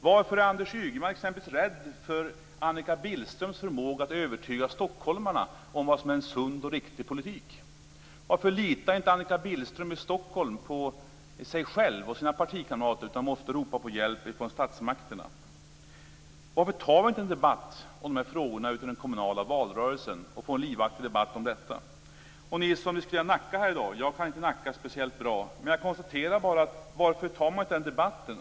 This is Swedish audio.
Varför är Anders Ygeman t.ex. rädd för Annika Billströms förmåga att övertyga stockholmarna om vad som är en sund och riktig politik? Varför litar inte Annika Billström i Stockholm på sig själv och sina partikamrater utan måste ropa på hjälp från statsmakterna? Varför tar man inte en debatt om de här frågorna i den kommunala valrörelsen och får en livaktig debatt om detta? Det har diskuterats Nacka här i dag. Jag kan inte Nacka speciellt bra, men jag konstaterar bara: Varför tar man inte den debatten?